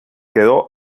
quedó